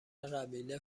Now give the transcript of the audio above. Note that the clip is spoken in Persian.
قبیله